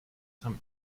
some